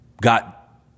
got